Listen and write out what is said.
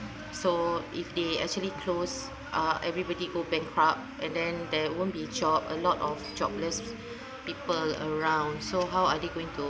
so if they actually close uh everybody go bankrupt and then there won't be job a lot of jobless people around so how are they going to